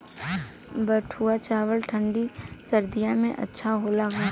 बैठुआ चावल ठंडी सह्याद्री में अच्छा होला का?